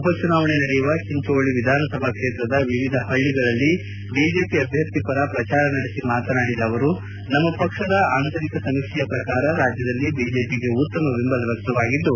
ಉಪ ಚುನಾವಣೆ ನಡೆಯುವ ಚಿಂಚೋಳಿ ವಿಧಾನಸಭಾ ಕ್ಷೇತ್ರದ ವಿವಿಧ ಹಳ್ಳಗಳಲ್ಲಿ ಬಿಜೆಪಿ ಅಭ್ಯರ್ಥಿ ಪರ ಪ್ರಚಾರ ನಡೆಸಿ ಮಾತನಾಡಿದ ಅವರು ನಮ್ಮ ಪಕ್ಷದ ಆಂತರಿಕ ಸಮೀಕ್ಷೆಯ ಶ್ರಕಾರ ರಾಜ್ಯದಲ್ಲಿ ಬಿಜೆಪಿಗೆ ಉತ್ತಮ ಬೆಂಬಲ ವ್ಯಕ್ತವಾಗಿದ್ದು